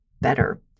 better